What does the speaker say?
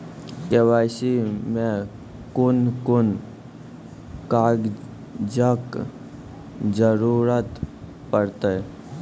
KYC मे कून कून कागजक जरूरत परतै?